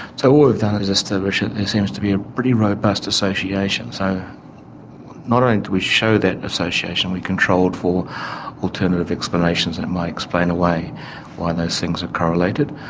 so all we've done is establish that there seems to be a pretty robust association. so not only do we show that association, we controlled for alternative explanations that might explain away why those things are correlated.